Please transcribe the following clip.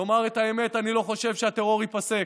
לומר את האמת, אני לא חושב שהטרור ייפסק.